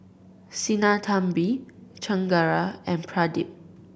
Sinnathamby Chengara and Pradip